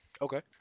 Okay